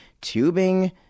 tubing